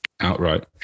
outright